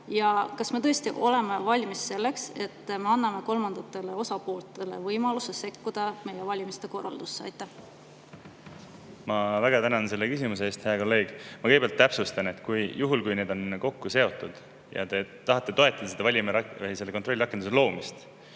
Kas me tõesti oleme valmis selleks, et me anname kolmandatele osapooltele võimaluse sekkuda meie valimiste korraldusse? Ma väga tänan selle küsimuse eest, hea kolleeg. Ma kõigepealt täpsustan: juhul kui need on kokku seotud ja te tahate toetada seda kontrollrakenduse loomist,